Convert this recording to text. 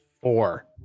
Four